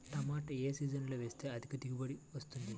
టమాటా ఏ సీజన్లో వేస్తే అధిక దిగుబడి వస్తుంది?